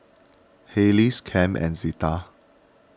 hey lease Cam and Zita